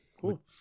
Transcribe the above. cool